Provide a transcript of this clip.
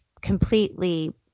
completely